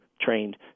trained